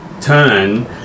turn